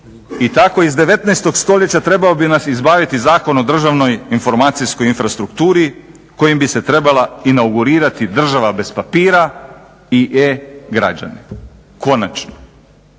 I tako iz 19. stoljeća trebao bi nas izbaviti Zakon o državnoj informacijskoj infrastrukturi kojim bi se trebala inaugurirati država bez papira i e-građani, konačno.